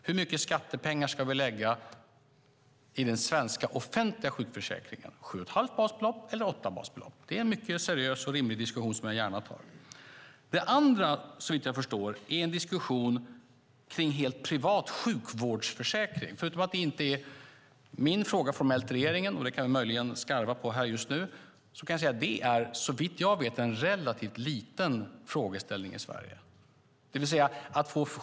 Hur mycket skattepengar ska vi lägga på den svenska offentliga sjukförsäkringen - sju och ett halvt basbelopp eller åtta basbelopp? Det är en mycket seriös och rimlig diskussion, som jag gärna tar. Det andra är såvitt jag förstår en diskussion kring helt privat sjukvårdsförsäkring. Förutom att det formellt inte är min fråga i regeringen, vilket jag möjligen kan skarva på här just nu, kan jag säga att det såvitt jag vet är en relativt liten frågeställning i Sverige.